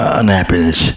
unhappiness